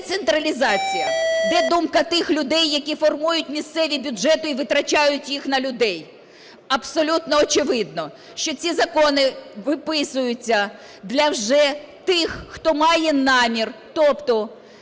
децентралізації. Де думка тих людей, які формують місцеві бюджети і витрачають їх на людей? Абсолютно очевидно, що ці закони виписуються для вже тих, хто має намір, тобто